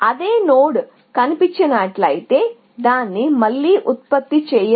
అదే నోడ్ కనిపించినట్లయితే దాన్ని మళ్ళీ చేయవద్దు అంటారు